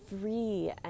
free